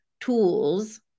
tools